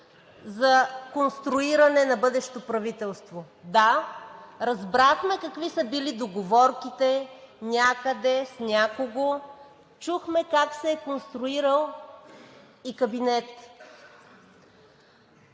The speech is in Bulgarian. за конструиране на бъдещо правителство? Да, разбрахме какви са били договорките някъде с някого, чухме как се е конструирал и кабинет,